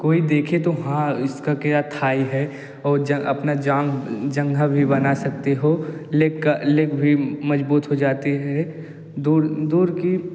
कोई देखे तो हाँ इसका क्या थाई है और अपना जाँघ जाँघें भी बना सकते हो लेग भी मज़बूत हो जाते हैं दूर दूर की